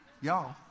Y'all